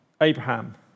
Abraham